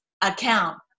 account